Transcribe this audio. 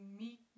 meet